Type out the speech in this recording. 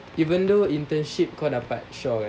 even though internship kau dapat shore kan